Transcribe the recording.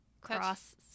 Cross